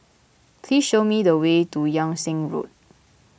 please show me the way to Yung Sheng Road